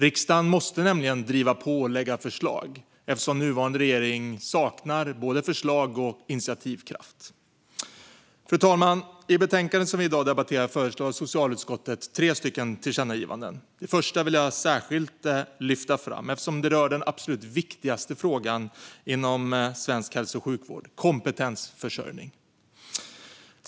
Riksdagen måste driva på och lägga fram förslag, eftersom nuvarande regering saknar både förslag och initiativkraft. Fru talman! I betänkandet som vi i dag debatterar föreslår socialutskottet tre tillkännagivanden. Det första vill jag särskilt lyfta fram eftersom det rör den absolut viktigaste frågan inom svensk hälso och sjukvård - kompetensförsörjning.